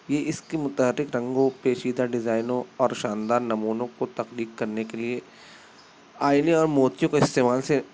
یہ اس کی متحرک رنگوں پیچیدہ ڈیزائنوں اور شاندار نمونوں کو تخلیق کرنے کے لیے آئینے اور موتیوں کے استعمال سے